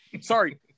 sorry